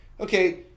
okay